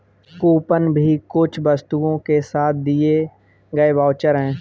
coupon भी कुछ वस्तुओं के साथ दिए गए वाउचर है